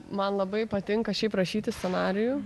man labai patinka šiaip rašyti scenarijų